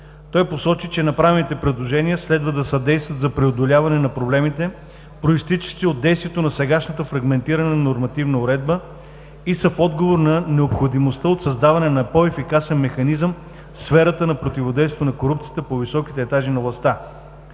Той посочи, че направените предложения следва да съдействат за преодоляване на проблемите, произтичащи от действието на сегашната фрагментирана нормативна уредба и са в отговор на необходимостта от създаване на по-ефективен механизъм в сферата на противодействието на корупцията по високите етажи на властта.